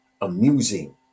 amusing